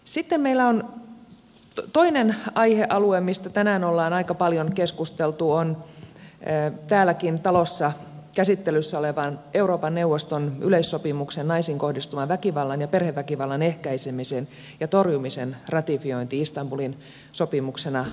sitten meillä on toinen aihealue mistä tänään ollaan aika paljon keskusteltu täälläkin talossa käsittelyssä olevan naisiin kohdistuvan väkivallan ja perheväkivallan ehkäisemistä ja torjumista koskevan euroopan neuvoston yleissopimuksen istanbulin sopimuksena paremmin tunnetun ratifiointi